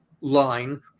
line